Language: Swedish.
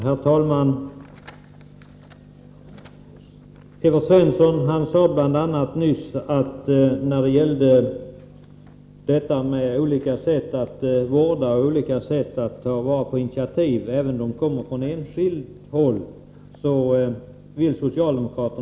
Herr talman! Evert Svensson sade nyss att socialdemokraterna vill ställa upp för att ta vara på initiativ, även om de kommer från enskilt håll. Det gläder mig att höra detta.